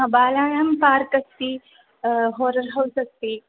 बालानां पार्क् अस्ति horror house अस्ति